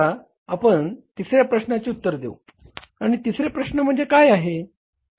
आता आपण तिसर्या प्रश्नाचे उत्तर देऊ आणि तिसरे प्रश्न काय आहे